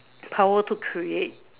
the power to create